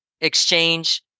exchange